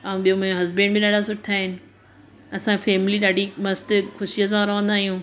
ऐं ॿियों मुंहिंजा हसबैंड बि ॾाढा सुठा आहिनि असां फैमिली ॾाढी मस्तु ख़ुशीअ सां रहंदा आहियूं